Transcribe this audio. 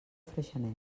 freixenet